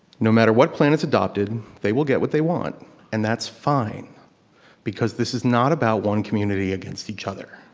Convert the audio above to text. no matter what plan is adopted, they will get what they want and that's fine because this is not about one community against each other.